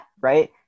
right